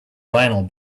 vinyl